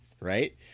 right